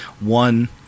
one